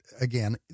again